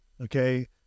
okay